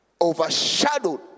Overshadowed